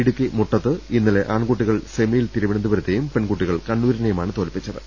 ഇടുക്കി മുട്ടത്ത് ഇന്നലെ ആൺകുട്ടികൾ സെമിയിൽ തിരുവനന്തപുരത്തെയും പെൺകുട്ടികൾ കണ്ണൂ രിനെയുമാണ് തോൽപ്പിച്ചത്